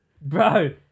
Bro